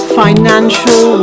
financial